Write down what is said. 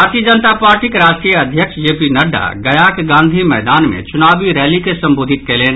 भारतीय जनता पार्टीक राष्ट्रीय अध्यक्ष जेपी नड्डा गयाक गांधी मैदान मे चुनावी रैली के संबोधित कयलनि